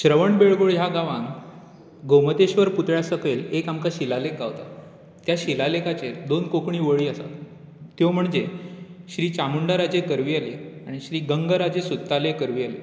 श्रवण बेळगोळ ह्या गांवांत गोमतेश्वर पुतळ्या सकयल एक आमकां शिलालेख गावता त्या शिला लेखाचेर दोन कोंकणी वळी आसात त्यो म्हणजे श्री चावुंण्डराजे करवियले आनी श्री गंगराजे सुत्ताले करवियले